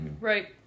Right